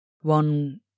one